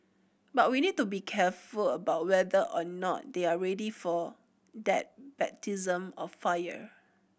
but we need to be careful about whether or not they are ready for that baptism of fire